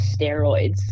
steroids